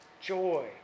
joy